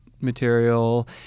material